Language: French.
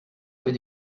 fait